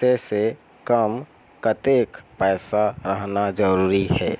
से से कम कतेक पैसा रहना जरूरी हे?